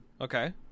okay